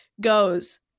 goes